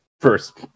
first